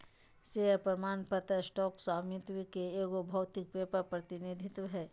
share प्रमाण पत्र stock स्वामित्व के एगो भौतिक पेपर प्रतिनिधित्व हइ